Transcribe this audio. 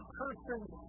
person's